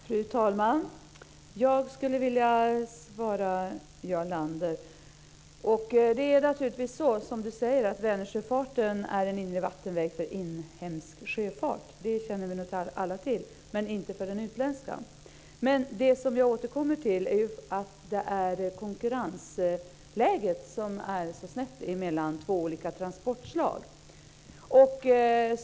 Fru talman! Jag skulle vilja bemöta Jarl Lander. Det är naturligtvis som han säger att Vänersjöfarten är en inre vattenväg för inhemsk sjöfart, inte för den utländska. Det känner vi nog alla till. Men det jag återkommer till är att konkurrensläget är så snett mellan två olika transportslag.